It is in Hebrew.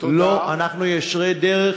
לא, אנחנו ישרי דרך.